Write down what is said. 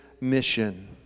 mission